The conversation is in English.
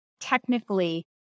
technically